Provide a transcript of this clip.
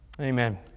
Amen